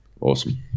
awesome